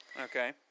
Okay